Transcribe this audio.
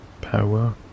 power